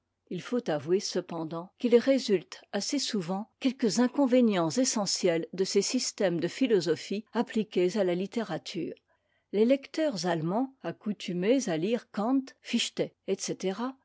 il faut avouer cependant qu'il résulte assez souvent quelques inconvénients essentiels de ces systèmes de philosophie appliqués à a littérature les lecteurs allemands accoutumés à tire kant fichte etc